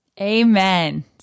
Amen